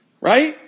Right